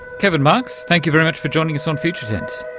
kevin marks, thank you very much for joining us on future tense.